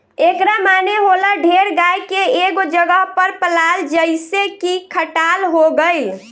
एकरा माने होला ढेर गाय के एगो जगह पर पलाल जइसे की खटाल हो गइल